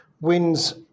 wins